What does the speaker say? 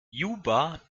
juba